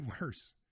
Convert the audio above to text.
worse